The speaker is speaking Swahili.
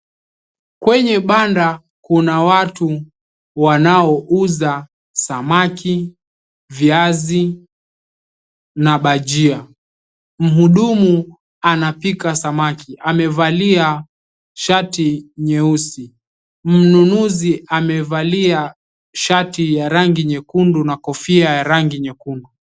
Kwenye banda kuna watu wanaouza samaki, viazi na bajia. Mhudumu anapika samaki amevalia shati nyeusi. Mnunuzi amevalia shati ya rangi nyekundu na kofia ya rangi nyekundu.